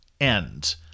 end